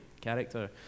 character